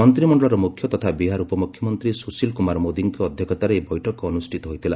ମନ୍ତ୍ରିମଣ୍ଡଳର ମୁଖ୍ୟ ତଥା ବିହାର ଉପମୁଖ୍ୟମନ୍ତ୍ରୀ ସୁଶୀଲ କୁମାର ମୋଦୀଙ୍କ ଅଧ୍ୟକ୍ଷତାରେ ଏହି ବୈଠକ ଅନୁଷ୍ଠିତ ହୋଇଥିଲା